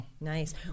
nice